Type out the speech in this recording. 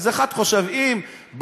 אז אחד חושב: אם בא